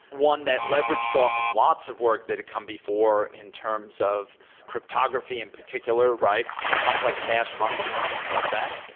one that leveraged off of lots of work that had come before in terms of cryptography in particular, right? complex hash functions, things like that.